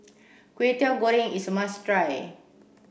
Kway Teow Goreng is a must try